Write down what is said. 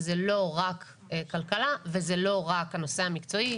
שזה לא רק כלכלה וזה לא רק הנושא המקצועי,